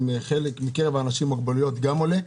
מקרב האנשים עם מוגבלויות גם עולה.